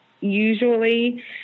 usually